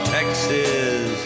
Texas